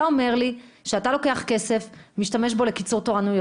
אתה אומר לי שאתה לוקח כסף ומשתמש בו לקיצור תורים.